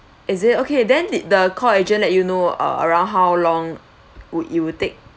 is it okay then the the call agent let you know uh around how long would it will take